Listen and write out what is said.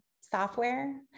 software